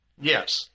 Yes